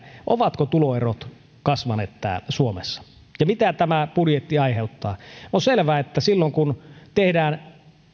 ovatko tuloerot kasvaneet suomessa ja mitä tämä budjetti aiheuttaa on selvää että silloin kun tehdään